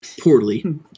Poorly